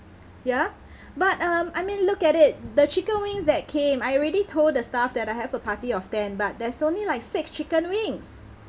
ya but um I mean look at it the chicken wings that came I already told the staff that I have a party of ten but there's only like six chicken wings